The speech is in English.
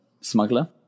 smuggler